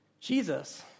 Jesus